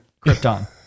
Krypton